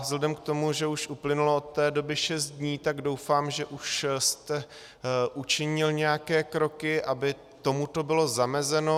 Vzhledem k tomu, že už uplynulo od té doby šest dní, tak doufám, že už jste učinil nějaké kroky, aby tomuto bylo zamezeno.